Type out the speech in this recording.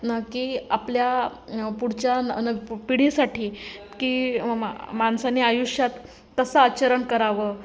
न की आपल्या पुढच्या न पिढीसाठी की मा माणसानी आयुष्यात तसं आचरण करावं